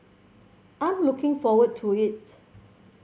I'm looking forward to it